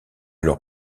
leur